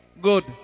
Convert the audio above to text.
Good